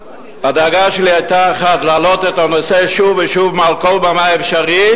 הדאגה שלי היתה אחת: להעלות את הנושא שוב ושוב מעל כל במה אפשרית